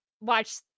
watch